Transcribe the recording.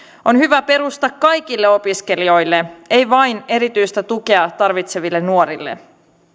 on hyvä perusta kaikille opiskelijoille ei vain erityistä tukea tarvitseville nuorille